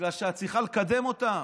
בגלל שאת צריכה לקדם אותם.